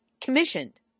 commissioned